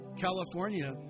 California